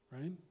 right